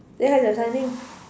then how is the timing